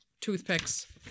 toothpicks